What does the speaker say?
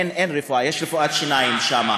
אין רפואה, יש רפואת שיניים שם.